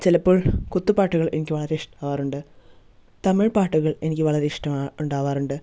ചിലപ്പോൾ കുത്തു പാട്ടുകൾ എനിക്ക് വളരെ ഇഷ്ടമാകാറുണ്ട് തമിഴ് പാട്ടുകൾ എനിക്ക് വളരെ ഇഷ്ടമുണ്ടാകാറുണ്ട്